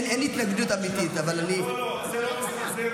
אין לי התנגדות אמיתית, אבל אני, לא, לא, זה רע.